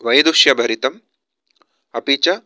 वैदुष्यभरितम् अपि च